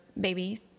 baby